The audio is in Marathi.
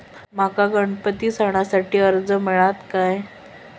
माका गणपती सणासाठी कर्ज मिळत काय?